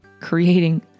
creating